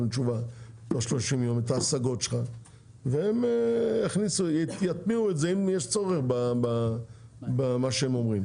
תשובה תוך 30 ימים והם יטמיעו אם יש צורך במה שהם אומרים.